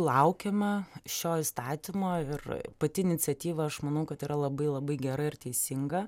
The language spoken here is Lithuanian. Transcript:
laukiame šio įstatymo ir pati iniciatyva aš manau kad yra labai labai gera ir teisinga